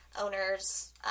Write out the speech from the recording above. owners